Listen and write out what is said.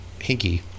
hinky